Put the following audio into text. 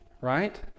right